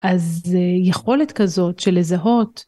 אז יכולת כזאת של לזהות.